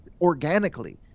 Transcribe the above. organically